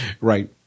Right